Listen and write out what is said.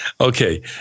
Okay